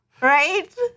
Right